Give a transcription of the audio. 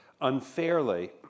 unfairly